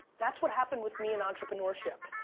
that's what happened with me and entrepreneurship.